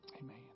Amen